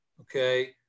Okay